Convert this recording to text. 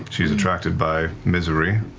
she's attracted by misery.